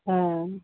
हाँ